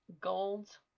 gold